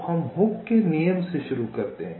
तो हम हुक के नियम से शुरू करते हैं